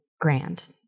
grand